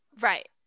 right